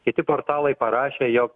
kiti portalai parašė jog